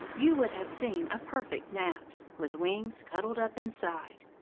you would have seen a perfect gnat, with wings, cuddled up inside.